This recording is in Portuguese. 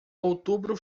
outubro